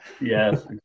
yes